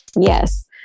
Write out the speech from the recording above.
yes